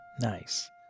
Nice